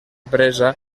presa